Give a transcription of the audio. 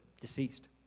deceased